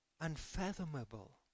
unfathomable